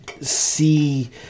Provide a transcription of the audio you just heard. see